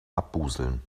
abbusseln